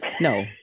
no